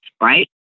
Right